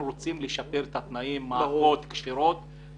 אנחנו רוצים לשפר את התנאים מעקות וקשירות